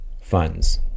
funds